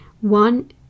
One